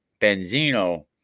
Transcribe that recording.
Benzino